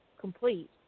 complete